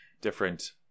different